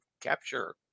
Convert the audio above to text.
capture